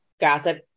gossip